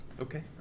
Okay